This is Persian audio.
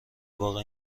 واقع